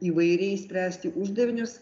įvairiai spręsti uždavinius